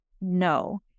No